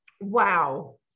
Wow